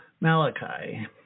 Malachi